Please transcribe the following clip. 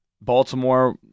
Baltimore